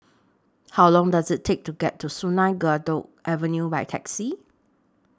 How Long Does IT Take to get to Sungei Kadut Avenue By Taxi